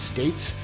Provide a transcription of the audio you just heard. States